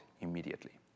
Immediately